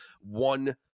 one